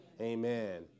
Amen